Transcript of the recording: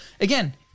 again